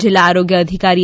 જિલ્લા આરોગ્ય અધિકારી ડો